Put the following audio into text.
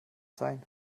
sein